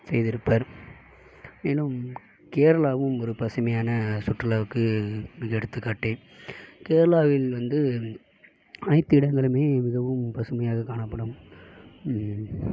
செய்திருப்பார் மேலும் கேரளாவும் ஒரு பசுமையான சுற்றுலாவுக்கு மிக எடுத்துக்காட்டு கேரளாவில் வந்து அனைத்து இடங்களுமே மிகவும் பசுமையாக காணப்படும்